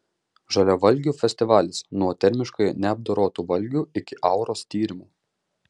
žaliavalgių festivalis nuo termiškai neapdorotų valgių iki auros tyrimų